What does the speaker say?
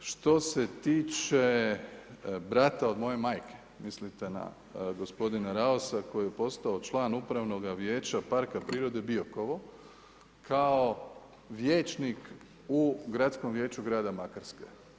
Što se tiče brata od moje majke, mislite na gospodina Raosa koji je postao član upravnoga Vijeća, Parka prirode Biokovo, kao vijećnik u Gradskom vijeću grada Makarske.